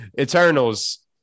Eternals